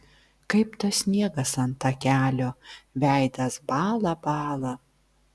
kaip tas sniegas ant takelio veidas bąla bąla